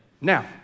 Now